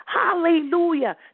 Hallelujah